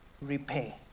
repay